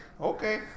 okay